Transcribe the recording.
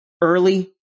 early